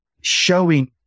Showing